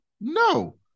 No